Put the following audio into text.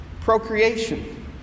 procreation